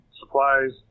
supplies